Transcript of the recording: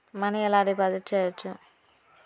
Money ఎలా deposit చేయచ్చు?